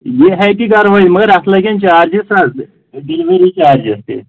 یہِ ہیٚکہِ گرٕ مگر اَتھ لَگَن چارجِز حظ ڈِلؤری چارجِز تہِ